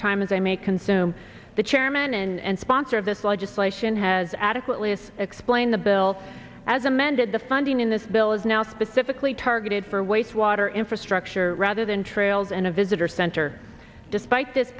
time as i may consume the chairman and sponsor of this legislation has adequately is explained the bill as amended the funding in this bill is now specifically targeted for waste water infrastructure rather than trails and a visitor center despite th